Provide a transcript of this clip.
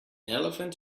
elephant